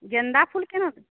गेन्दा फुल केना दे